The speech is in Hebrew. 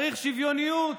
צריך שוויוניות,